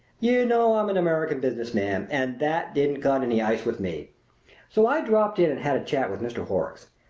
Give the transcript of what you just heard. you know i'm an american business man, and that didn't cut any ice with me so i dropped in and had a chat with mr. horrocks.